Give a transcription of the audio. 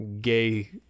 gay